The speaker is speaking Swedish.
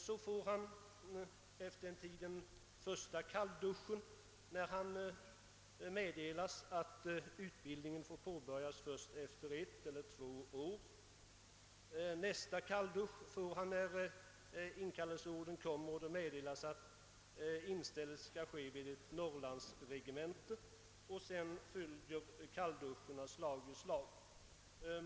Så får han efter en tid den första kallduschen, när han meddelas att utbildningen får påbörjas först efter ett eller två år. Nästa kalldusch får han, när inkallelseordern kommer och det meddelas att inställelse skall ske vid ett norrlandsregemente, och sedan följer kallduscharna slag i slag.